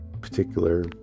particular